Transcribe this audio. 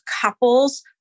couples